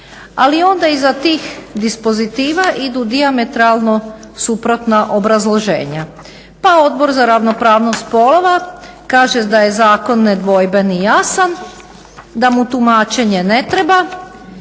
Ali onda iza tih dispozitiva idu dijametralno suprotna obrazloženja, pa Odbor za ravnopravnost spolova kaže da je zakon nedvojben i jasan, da mu tumačenje ne treba